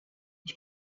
ich